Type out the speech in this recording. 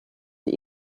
sie